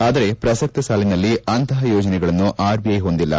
ಆದರೆ ಪ್ರಸಕ್ತ ಸಾಲಿನಲ್ಲಿ ಅಂತಹ ಯೋಜನೆಗಳನ್ನು ಆರ್ಬಿಐ ಹೊಂದಿಲ್ಲ